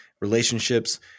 relationships